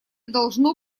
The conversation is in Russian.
должно